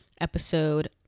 Episode